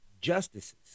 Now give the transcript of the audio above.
justices